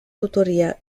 tutoria